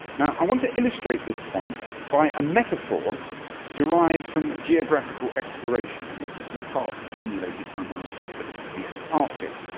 i want to illustrate this point by a metaphor derived from geographical exploration, and it is in part stimulated by my trip to the antarctic.